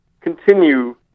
continue